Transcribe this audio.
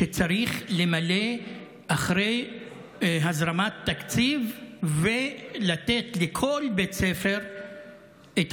שצריך למלא אחרי הזרמת תקציב ולתת לכל בית ספר את